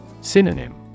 Synonym